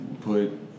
put